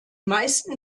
meisten